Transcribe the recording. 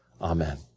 Amen